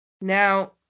Now